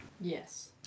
Yes